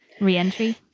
reentry